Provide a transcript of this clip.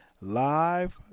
Live